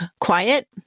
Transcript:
Quiet